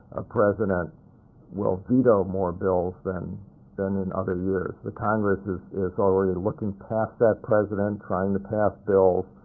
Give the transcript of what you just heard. a president will veto more bills than than in other years. the congress is is already looking past that president trying to pass bills,